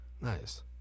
nice